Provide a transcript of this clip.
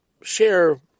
share